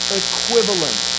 equivalent